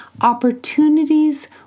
Opportunities